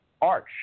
Arch